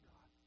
God